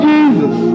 Jesus